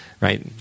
right